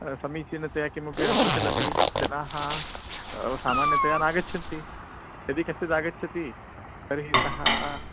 समीचीनतया किमपि अप्रचलति जनाः सामान्यतया नागच्छन्ति यदि कश्चिदागच्छति तर्हि सः